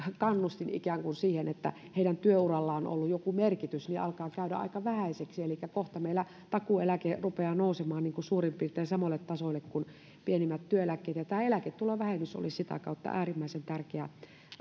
ikään kuin kannustin siihen että heidän työurallaan on ollut joku merkitys alkaa käydä aika vähäiseksi elikkä kohta meillä takuueläke rupeaa nousemaan suurin piirtein samoille tasoille kuin pienimmät työeläkkeet ja eläketulovähennys olisi sitä kautta äärimmäisen tärkeä